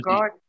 God